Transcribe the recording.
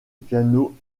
piano